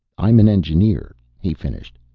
i'm an engineer, he finished.